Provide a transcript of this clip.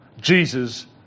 Jesus